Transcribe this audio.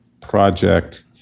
project